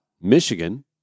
Michigan